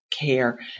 care